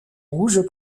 rouge